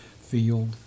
field